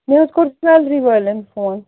مےٚ حظ کوٚر جِوٮ۪لری والٮ۪ن فون